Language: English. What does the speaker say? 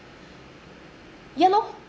yeah lor